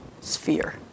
sphere